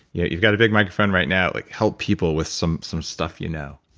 yeah you've got a big microphone right now, like help people with some some stuff you know